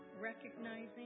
recognizing